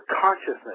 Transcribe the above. consciousness